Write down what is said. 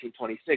1926